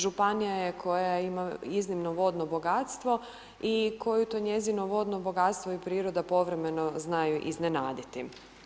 Županija je koja ima iznimno vodno bogatstvo i koju to njezino vodno bogatstvo i priroda povremeno zna iznenaditi.